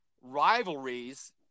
rivalries